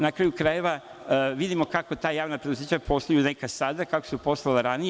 Na kraju krajeva, vidimo kako ta javna preduzeća posluju sada, a kako su poslovala ranije.